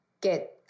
get